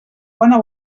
bona